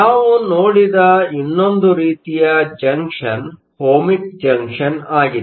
ನಾವು ನೋಡಿದ ಇನ್ನೊಂದು ರೀತಿಯ ಜಂಕ್ಷನ್ ಓಹ್ಮಿಕ್ ಜಂಕ್ಷನ್ ಆಗಿದೆ